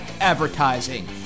Advertising